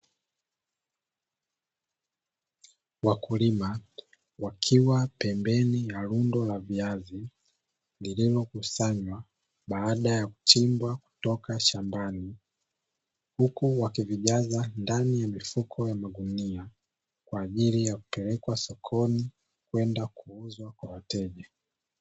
Wakulima wakiwa pembeni ya rundo la viazi lililokusanywa baada ya kuchimbwa toka shambani, huku wakivijaza ndani ya mifuko ya magunia kwa ajili ya kupelekwa sokoni kwenda kuuzwa kwa wateja.